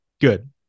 good